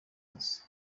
wose